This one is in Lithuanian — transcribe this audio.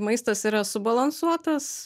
maistas yra subalansuotas